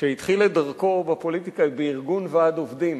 שהתחיל את דרכו בפוליטיקה בארגון ועד עובדים